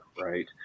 right